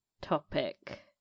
topic